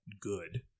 good